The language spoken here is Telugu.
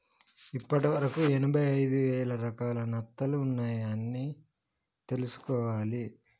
ఇప్పటి వరకు ఎనభై ఐదు వేల రకాల నత్తలు ఉన్నాయ్ అని తెలుసుకోవాలి